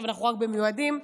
אנחנו עכשיו רק במיועדים,